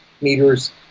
meters